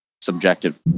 subjective